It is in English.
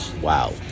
wow